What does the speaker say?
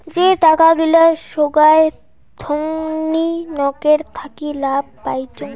যে টাকা গিলা সোগায় থোঙনি নকের থাকি লাভ পাইচুঙ